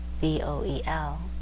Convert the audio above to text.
V-O-E-L